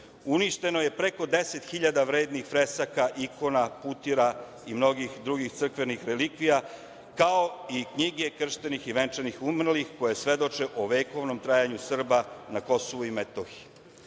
Uništeno je preko 10 hiljada vrednih fresaka, ikona, putira i mnogih drugih crkvenih relikvija, kao i knjige krštenih i venčanih i umrlih koje svedoče o vekovnom trajanju Srba na Kosovu i Metohiji. Od